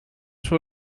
sur